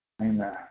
Amen